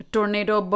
Tornado